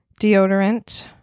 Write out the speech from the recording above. deodorant